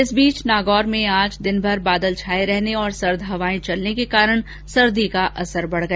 इस बीच नागौर में आज दिनभर बादल छाये रहने और सर्द हवाए चलने के कारण सर्दी का असर बढ़ गया